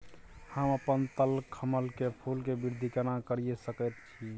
हम अपन थलकमल के फूल के वृद्धि केना करिये सकेत छी?